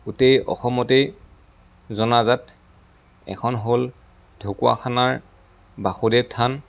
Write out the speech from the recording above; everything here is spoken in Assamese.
গোটেই অসমতেই জনাজাত এখন হ'ল ঢকুৱাখানাৰ বাসুদেৱ থান